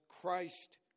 Christ